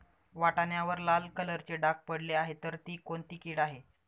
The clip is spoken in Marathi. वाटाण्यावर लाल कलरचे डाग पडले आहे तर ती कोणती कीड आहे?